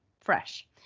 fresh